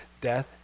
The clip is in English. Death